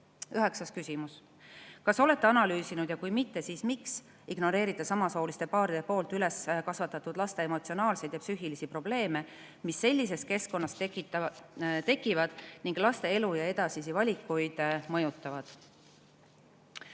Üheksas küsimus: "Kas olete analüüsinud ja kui mitte, siis miks ignoreerite samasooliste paaride poolt üles kasvatatud laste emotsionaalseid ja psüühilisi probleeme, mis sellises keskkonnas tekivad ning laste elu ja edasisi valikuid mõjutavad?"